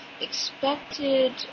expected